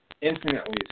infinitely